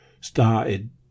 Started